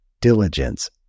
diligence